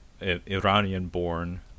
Iranian-born